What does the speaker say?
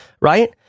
right